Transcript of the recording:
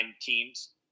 teams